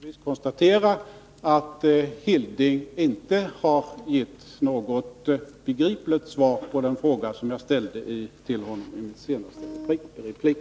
Herr talman! Jag vill då bara avslutningsvis konstatera att Hilding Johansson inte har givit något begripligt svar på den fråga jag ställde till honom i min senaste replik.